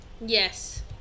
Yes